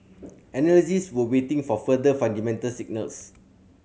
analysts were waiting for further fundamental signals